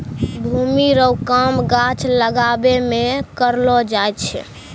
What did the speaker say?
भूमि रो काम गाछ लागाबै मे करलो जाय छै